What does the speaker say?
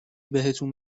بهتون